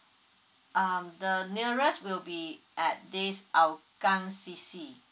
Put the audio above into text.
um the nearest will be at this hougang C_C